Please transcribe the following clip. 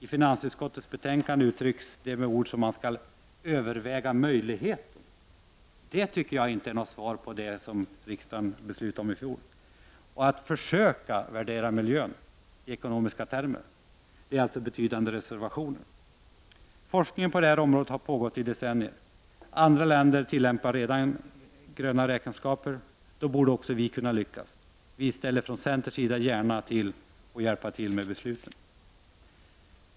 I finansutskottets betänkande används orden ”överväga möj ligheten”. Det tycker jag inte är något svar på vad riksdagen beslutade om i fjol. Det sägs också att man skall ”försöka” värdera miljön i ekonomiska termer. Det är betydande reservationer. Forskningen på detta område har pågått i decennier. Andra länder tillämpar redan gröna räkenskaper och därför borde också Sverige kunna lyckas. Från centern hjälper vi gärna till med besluten.